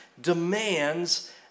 demands